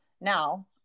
now